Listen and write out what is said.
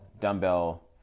dumbbell